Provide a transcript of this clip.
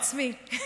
על עצמי?